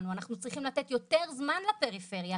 אנחנו צריכים לתת יותר זמן לפריפריה,